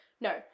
no